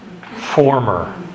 former